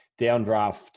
Downdraft